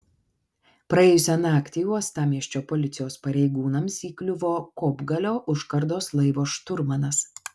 praėjusią naktį uostamiesčio policijos pareigūnams įkliuvo kopgalio užkardos laivo šturmanas